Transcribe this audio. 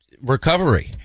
recovery